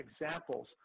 examples